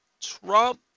Trump